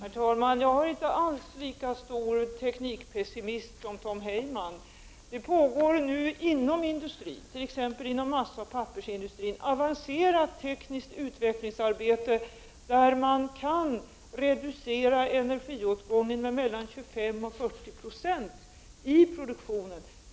Herr talman! Jag är inte alls lika pessimistisk när det gäller teknik som Tom Heyman. Det pågår nu t.ex. inom massaoch pappersindustrin avancerat tekniskt utvecklingsarbete. Detta arbete har visat att det är möjligt att reducera energiåtgången i produktionen med 25—40 96.